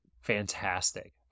Fantastic